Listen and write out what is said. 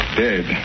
dead